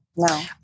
No